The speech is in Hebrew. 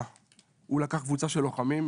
הוא לקח קבוצה של לוחמים,